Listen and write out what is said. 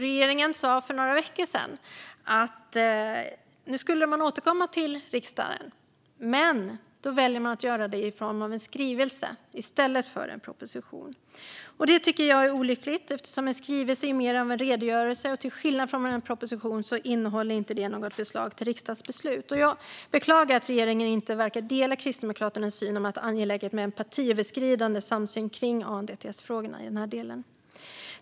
Regeringen sa för några veckor sedan att den nu skulle återkomma till riksdagen. Men då väljer man att göra det i form av en skrivelse i stället för en proposition. Det är olyckligt eftersom en skrivelse är mer av en redogörelse. Till skillnad mot en proposition innehåller den inte något förslag till riksdagsbeslut. Jag beklagar att regeringen inte verkar dela Kristdemokraternas syn om att det är angeläget med en partiöverskridande samsyn kring ANDTS-frågorna i den här delen.